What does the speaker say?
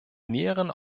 näheren